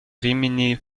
rimini